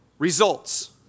Results